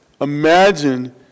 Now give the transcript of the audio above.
imagine